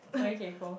okay cool